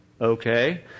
Okay